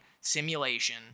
simulation